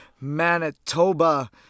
Manitoba